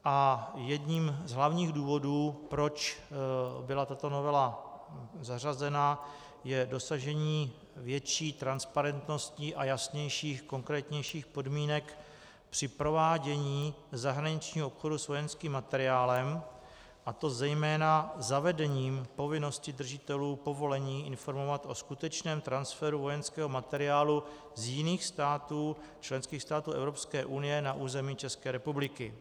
A jedním z hlavních důvodů, proč byla tato novela zařazena, je dosažení větší transparentnosti a jasnějších, konkrétnějších podmínek při provádění zahraničního obchodu s vojenským materiálem, a to zejména zavedením povinnosti držitelů povolení informovat o skutečném transferu vojenského materiálu z jiných států členských států Evropské unie na území České republiky.